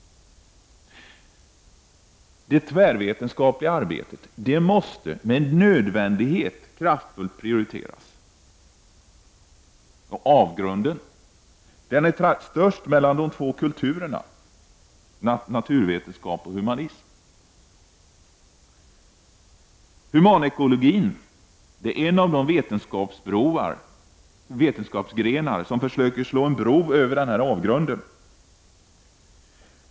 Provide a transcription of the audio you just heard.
Det tvärvetenskapliga arbetet måste med nödvändighet kraftfullt prioriteras. Avgrunden är störst mellan ”de två kulturerna”, naturvetenskap och humanism. Humanekologin är en av de vetenskapsgrenar som försöker slå en bro över avgrunden.